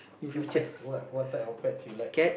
so pets what what type of pets you like